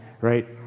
right